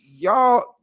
Y'all